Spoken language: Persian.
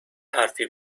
حرفی